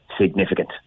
significant